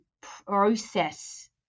process